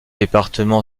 département